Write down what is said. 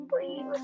please